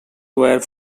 were